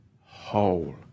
whole